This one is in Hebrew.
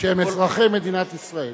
שהם אזרחי מדינת ישראל.